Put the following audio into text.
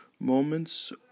moments